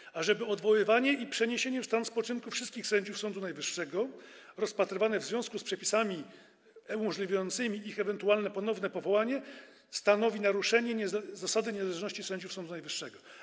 Uważa ona, że odwoływanie i przeniesienie w stan spoczynku wszystkich sędziów Sądu Najwyższego, rozpatrywane w związku z przepisami umożliwiającymi ich ewentualne ponowne powołanie, stanowi naruszenie zasady niezależności sędziów Sądu Najwyższego.